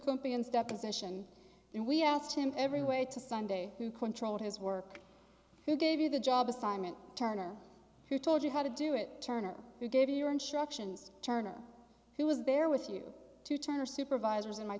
companion's deposition and we asked him every way to sunday who controlled his work who gave you the job assignment turner who told you how to do it turner who gave you your instructions turner who was there with you to turn her supervisors in my